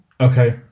Okay